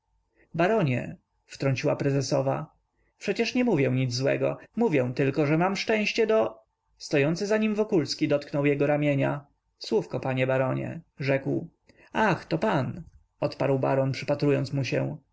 baronie wtrąciła prezesowa przecież nie mówię nic złego mówię tylko że mam szczęście do stojący za nim wokulski dotknął jego ramienia słówko panie baronie rzekł ach to pan odparł baron przypatrując mu się